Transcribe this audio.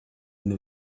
энэ